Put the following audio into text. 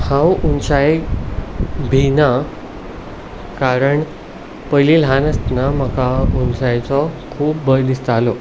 हांव उंचायेक भिना कारण पयलीं ल्हान आसतना म्हाका उंचायेचो खूब भंय दिसतालो